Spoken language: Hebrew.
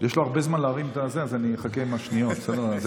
תודה.